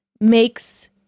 makes